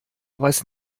weiß